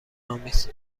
آمیز